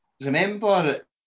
Remember